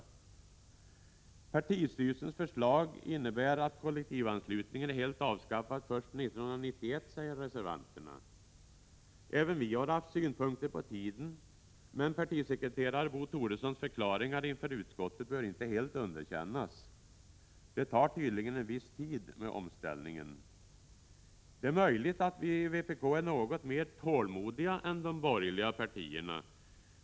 Den socialdemokratiska partistyrelsens förslag innebär att kollektivanslutningen kommer att vara helt avskaffad först 1991, säger reservanterna. Även vi har haft synpunkter på tiden, men partisekreterare Bo Toressons förklaringar inför utskottet bör inte helt underkännas. Omställningen tar tydligen viss tid. Det är möjligt att vi i vpk är något mer tålmodiga än de borgerliga partierna.